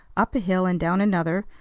up a hill and down another,